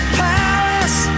palace